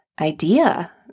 idea